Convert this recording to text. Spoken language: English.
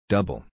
Double